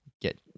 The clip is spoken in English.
get